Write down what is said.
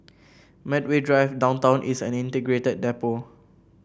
Medway Drive Downtown East and Integrated Depot